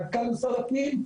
מנכ"ל משרד הפנים,